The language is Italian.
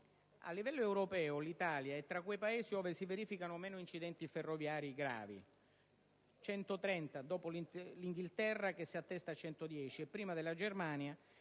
A livello europeo l'Italia è tra quei Paesi ove si verificano meno incidenti ferroviari gravi: 130, dopo l'Inghilterra che si attesta a 110 e prima della Germania,